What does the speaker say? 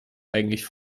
eigentlich